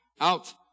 out